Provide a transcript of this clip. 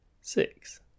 Six